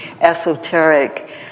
esoteric